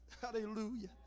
hallelujah